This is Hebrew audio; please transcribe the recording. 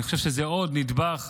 אני חושב שזה עוד נדבך